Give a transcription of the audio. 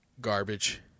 garbage